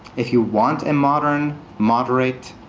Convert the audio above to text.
if you want a modern, moderate,